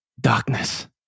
darkness